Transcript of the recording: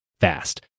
fast